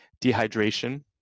Dehydration